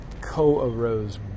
co-arose